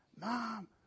Mom